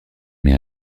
mais